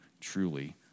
truly